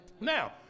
Now